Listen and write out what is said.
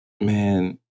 Man